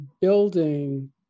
building